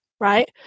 right